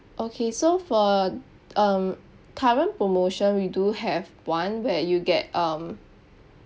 okay so for um current promotion we do have one where you get um